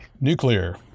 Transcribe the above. Nuclear